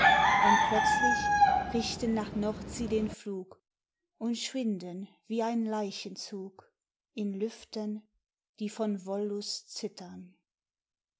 und plötzlich richten nach nord sie den flug und schwinden wie ein leichenzug in lüften die von wollust zittern